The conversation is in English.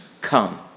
come